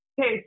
Okay